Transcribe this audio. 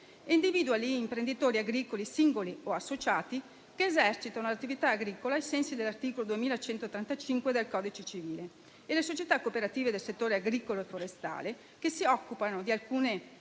individua gli imprenditori agricoli singoli o associati che esercitano attività agricola ai sensi dell'articolo 2135 del codice civile, nonché le società cooperative del settore agricolo e forestale che si occupano di alcune